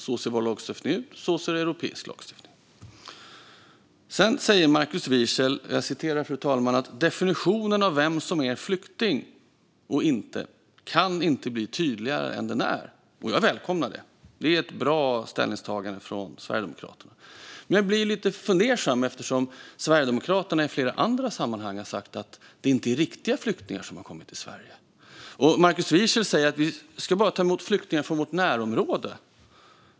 Så ser vår lagstiftning ut, och så ser europeisk lagstiftning ut. Markus Wiechel säger att definitionen av vem som är flykting och vem som inte är flykting inte kan bli tydligare än den är. Jag välkomnar detta; det är ett bra ställningstagande från Sverigedemokraterna. Men jag blir lite fundersam, eftersom Sverigedemokraterna i flera andra sammanhang har sagt att det inte är riktiga flyktingar som har kommit till Sverige. Markus Wiechel säger att vi bara ska ta emot flyktingar från vårt närområde.